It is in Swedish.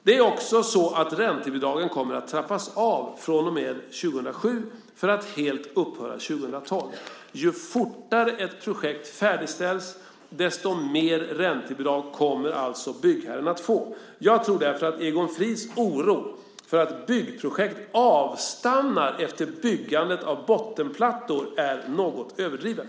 Det är också så att räntebidragen kommer att trappas av från och med år 2007 för att helt upphöra år 2012. Ju fortare ett projekt färdigställs, desto mer räntebidrag kommer alltså byggherren att få. Jag tror därför att Egon Frids oro för att byggprojekt avstannar efter byggandet av bottenplattor är något överdriven.